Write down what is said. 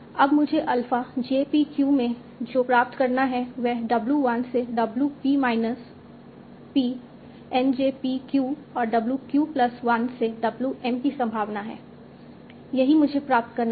अब मुझे alpha j p q में जो प्राप्त करना है वह W 1 से W p minus p N j p q और W q प्लस 1 से W m की संभावना है यही मुझे प्राप्त करना है